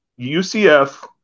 UCF